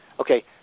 okay